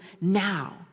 now